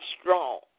strong